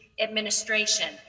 administration